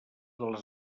dels